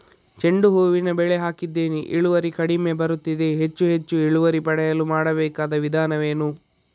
ಚೆಂಡು ಹೂವಿನ ಬೆಳೆ ಹಾಕಿದ್ದೇನೆ, ಇಳುವರಿ ಕಡಿಮೆ ಬರುತ್ತಿದೆ, ಹೆಚ್ಚು ಹೆಚ್ಚು ಇಳುವರಿ ಪಡೆಯಲು ಮಾಡಬೇಕಾದ ವಿಧಾನವೇನು?